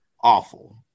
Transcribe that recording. awful